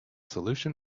solution